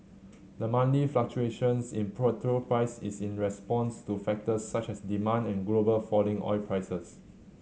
the monthly fluctuations in petrol price is in response to factors such as demand and global falling oil prices